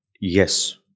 yes